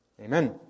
Amen